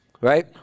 Right